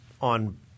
on